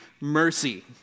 mercy